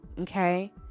okay